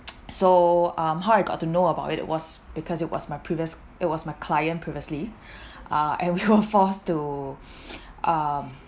so um how I got to know about it was because it was my previous it was my client previously uh and we were forced to um